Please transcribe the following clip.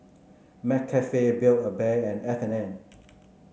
McCafe Build A Bear and F and N